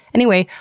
anyway,